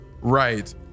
right